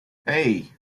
hey